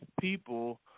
people